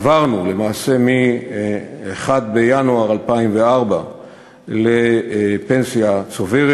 עברנו מ-1 בינואר 2004 לפנסיה צוברת.